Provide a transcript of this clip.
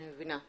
אני מבינה.